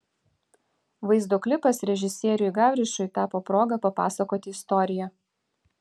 vaizdo klipas režisieriui gavrišui tapo proga papasakoti istoriją